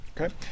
Okay